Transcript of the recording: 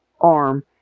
arm